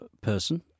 person